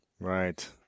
right